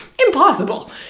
Impossible